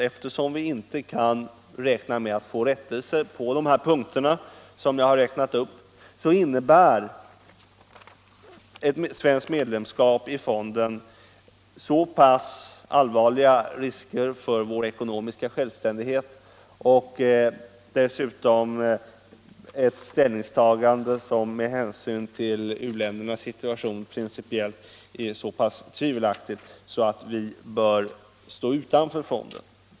Eftersom vi inte kan räkna med att få rättelse på de punkter som jag räknat upp innebär ett svenskt medlemskap i fonden dels så pass allvarliga risker för vår ekonomiska självständighet, dels ett med hänsyn till u-ländernas situation så pass tvivelaktigt ställningstagande att vi bör stå utanför fonden.